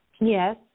Yes